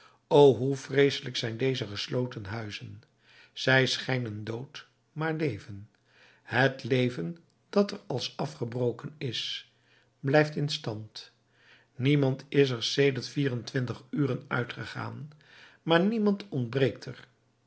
o hoe vreeselijk zijn deze gesloten huizen zij schijnen dood maar leven het leven dat er als afgebroken is blijft in stand niemand is er sedert vierentwintig uren uitgegaan maar niemand ontbreekt er